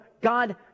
God